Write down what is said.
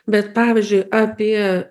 bet pavyzdžiui apie